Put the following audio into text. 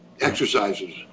exercises